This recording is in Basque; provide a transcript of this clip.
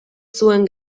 zuen